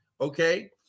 Okay